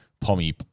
pommy